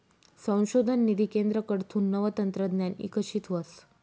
संशोधन निधी केंद्रकडथून नवं तंत्रज्ञान इकशीत व्हस